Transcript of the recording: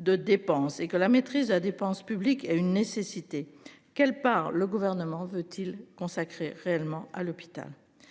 de dépenses et que la maîtrise de la dépense publique est une nécessité. Quelle par le gouvernement veut-t-il consacré réellement à l'hôpital